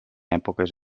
èpoques